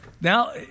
now